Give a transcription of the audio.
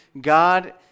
God